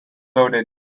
loaded